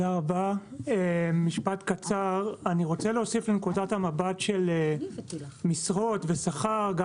אני רוצה להוסיף לנקודת המבט של משרות ושכר גם